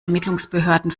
ermittlungsbehörden